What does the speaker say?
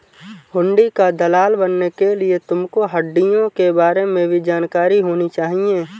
हुंडी का दलाल बनने के लिए तुमको हुँड़ियों के बारे में भी जानकारी होनी चाहिए